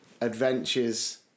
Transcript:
adventures